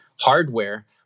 hardware